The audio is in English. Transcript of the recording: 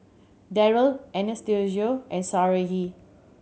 Darrell Anastacio and Sarahi